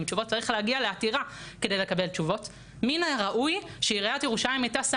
שמחה שהגעתם, אני שמחה